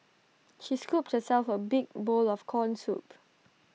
she scooped herself A big bowl of Corn Soup